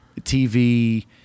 TV